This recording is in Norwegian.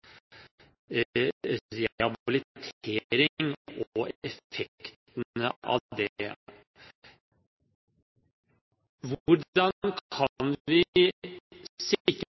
og effekten av det. Hvordan kan vi